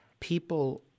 people